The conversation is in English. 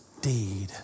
deed